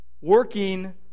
working